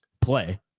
play